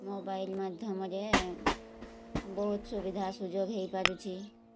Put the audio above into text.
mobile ମାଧ୍ୟମରେ ବହୁତ ସୁବିଧା ସୁଯୋଗ ହେଇପାରୁଛି